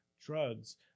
drugs